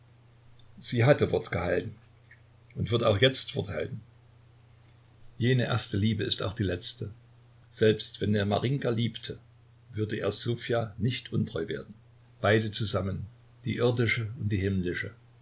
sie hatte wort gehalten und wird auch jetzt wort halten jene erste liebe ist auch die letzte selbst wenn er marinjka liebte würde er ssofja nicht untreu werden beide zusammen die irdische und die himmlische